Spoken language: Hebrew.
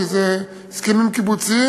כי זה הסכמים קיבוציים,